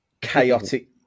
chaotic